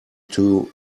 too